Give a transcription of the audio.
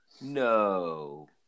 No